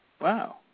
Wow